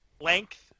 length